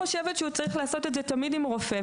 הוא צריך לעשות את זה תמיד עם רופא,